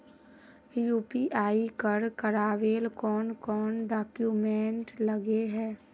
UPI कर करावेल कौन कौन डॉक्यूमेंट लगे है?